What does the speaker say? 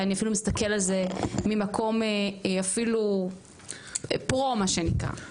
ואני אפילו מסתכל על זה ממקום אפילו פרו מה שנקרא.